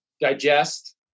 digest